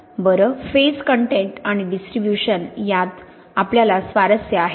बरं phase content आणि distribution यात आपल्याला स्वारस्य आहे